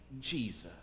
Jesus